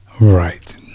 right